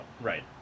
Right